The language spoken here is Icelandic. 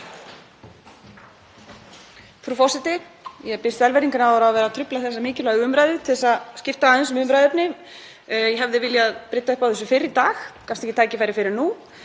Frú forseti. Ég biðst velvirðingar á að vera að trufla þessa mikilvægu umræðu til þess að skipta aðeins um umræðuefni. Ég hefði viljað brydda upp á þessu fyrr í dag en gafst ekki tækifæri fyrr en